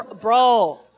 Bro